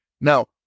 Now